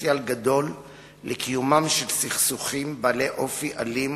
פוטנציאל גדול לקיומם של סכסוכים בעלי אופי אלים,